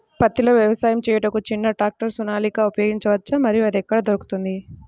పత్తిలో వ్యవసాయము చేయుటకు చిన్న ట్రాక్టర్ సోనాలిక ఉపయోగించవచ్చా మరియు అది ఎక్కడ దొరుకుతుంది?